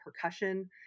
percussion